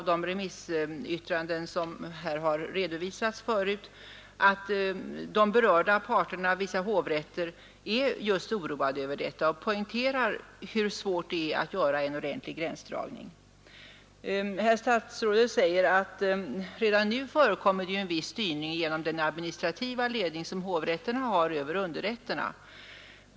De remissyttranden som här tidigare har redovisats visar att de berörda parterna — vissa hovrätter — är oroade över just detta och poängterar hur svårt det är att göra en ordentlig gränsdragning. Statsrådet säger att det redan nu förekommer en viss styrning genom den administrativa ledning som hovrätterna har över underrätterna.